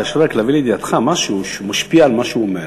תרשה לי רק להביא לידיעתך משהו שמשפיע על מה שהוא אומר.